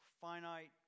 finite